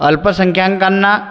अल्पसंख्यांकांना